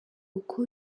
uko